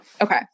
Okay